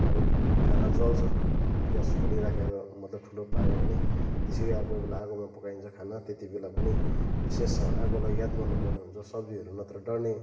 अब खाना जल्छ ग्यास खोलिराखेर मतलब ठुलो पार्यो भने त्यसरी अब कोहीबेला आगोमा पकाइन्छ खाना त्यतिबेला पनि विशेष आगोलाई याद गर्नुपर्ने हुन्छ सब्जीहरू नत्र डढ्ने